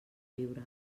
viure